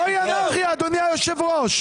זוהי אנרכיה, אדוני היושב-ראש.